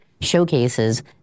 showcases